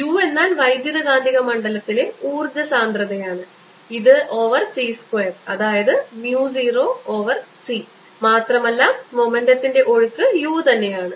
u എന്നാൽ വൈദ്യുതകാന്തിക മണ്ഡലത്തിലെ ഊർജ്ജ സാന്ദ്രതയാണ് ഇത് ഓവർ c സ്ക്വയർ അതായത് mu ഓവർ c മാത്രമല്ല മൊമെൻ്റത്തിൻറെ ഒഴുക്ക് u തന്നെയാണ്